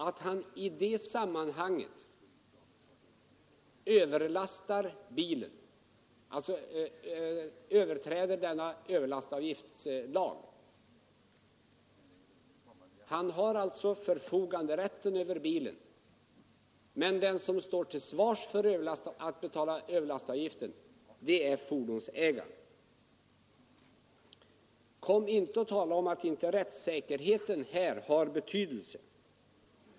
Antag vidare att den anställde i det sammanhanget överlastar bilen, alltså överträder lagen. Han har alltså förfoganderätten till bilen, men den som står till svars och får betala överlastavgiften är fordonsägaren. Kom inte och tala om att inte rättssäkerheten här har betydelse.